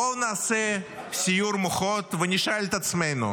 בואו נעשה סיעור מוחות ונשאל את עצמנו,